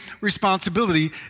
responsibility